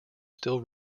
still